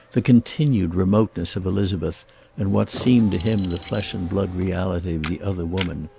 the continued remoteness of elizabeth and what seemed to him the flesh and blood reality of the other woman.